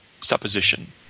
supposition